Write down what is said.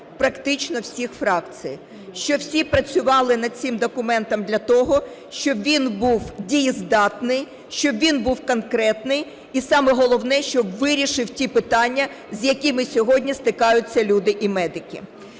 практично всіх фракцій, що всі працювали над цим документом, для того щоб він був дієздатний, щоб він був конкретний і, саме головне, щоб вирішив ті питання, з якими сьогодні стикаються люди і медики.